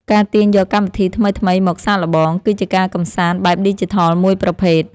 ការទាញយកកម្មវិធីថ្មីៗមកសាកល្បង គឺជាការកម្សាន្តបែបឌីជីថលមួយប្រភេទ។